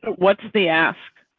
what's the ask?